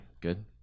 good